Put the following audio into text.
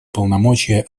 полномочия